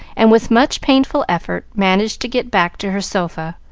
and with much painful effort managed to get back to her sofa,